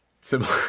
similar